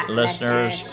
listeners